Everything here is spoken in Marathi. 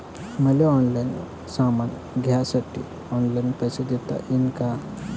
मले ऑनलाईन सामान घ्यासाठी ऑनलाईन पैसे देता येईन का?